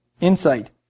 insight